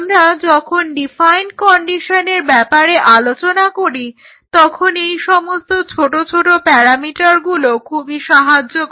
আমরা যখন ডিফাইন্ড কন্ডিশনের ব্যাপারে আলোচনা করি তখন এই সমস্ত ছোট ছোট প্যারামিটারগুলো খুবই সাহায্য করে